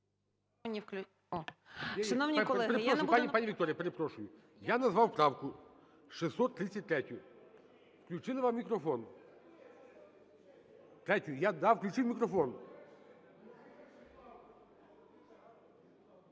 пані Вікторія, перепрошую. Я назвав правку 633-ю. Включили вам мікрофон. Третю, я дав, включив мікрофон.